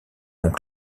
donc